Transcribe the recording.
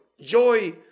Joy